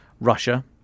Russia